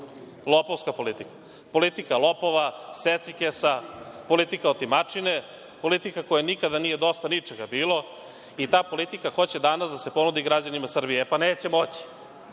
Lopovska politika. Politika lopova, secikesa, politika otimačine, politika u kojoj nikada dosta ničega nije bilo i ta politika hoće danas da se ponudi građanima Srbije. E pa, neće moći,